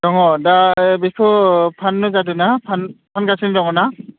दङ दा ओइ बिखो फाननो जादो ना फानगासिनो दङ ना